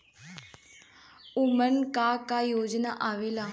उमन का का योजना आवेला?